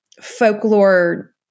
folklore